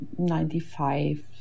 95